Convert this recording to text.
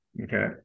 Okay